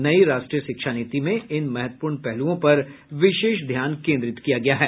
नई राष्ट्रीय शिक्षा नीति में इन महत्वपूर्ण पहलुओं पर विशेष ध्यान केन्द्रित किया गया है